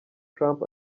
trump